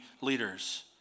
leaders